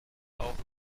auch